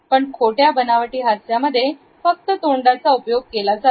पण खोट्या बनावटी हास्यामध्ये फक्त तोंडाचा चा उपयोग केला जातो